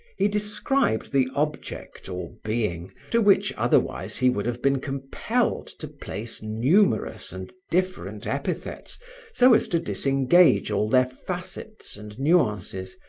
he described the object or being to which otherwise he would have been compelled to place numerous and different epithets so as to disengage all their facets and nuances,